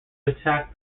attack